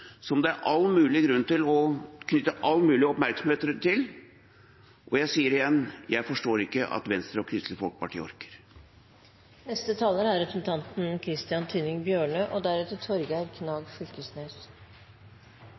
som det er all mulig grunn til å knytte all mulig oppmerksomhet til. Og jeg sier det igjen: Jeg forstår ikke at Venstre og Kristelig Folkeparti orker. Da vi fikk regjeringens forslag til budsjett i oktober, må jeg si jeg var spent. Kanskje er